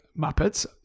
muppets